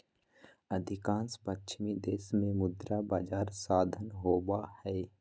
अधिकांश पश्चिमी देश में मुद्रा बजार साधन होबा हइ